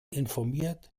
informiert